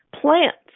plants